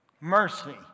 Mercy